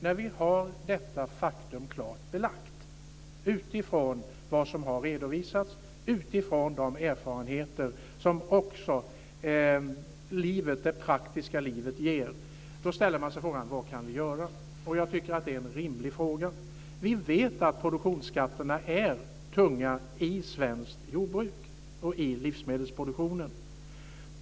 När vi har detta faktum klart belagt, utifrån vad som har redovisats och utifrån de erfarenheter som också det praktiska livet ger, ställer man sig frågan: Vad kan vi göra? Det är en rimlig fråga. Vi vet att produktionsskatterna är tunga i svenskt jordbruk och i livsmedelsproduktionen.